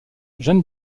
jane